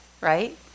right